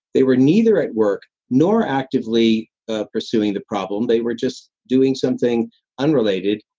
they were neither at work nor actively ah pursuing the problem. they were just doing something unrelated.